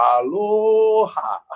aloha